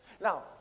Now